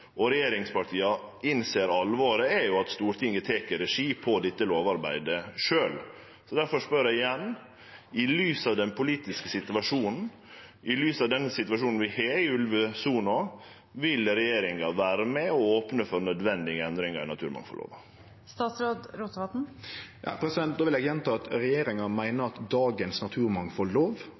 og regjeringspartia innser alvoret, er jo at Stortinget tek regi på dette lovarbeidet sjølv. Difor spør eg igjen: I lys av den politiske situasjonen, i lys av den situasjonen vi har i ulvesona, vil regjeringa vere med og opne for nødvendige endringar i naturmangfaldlova? Då vil eg gjenta at regjeringa meiner at dagens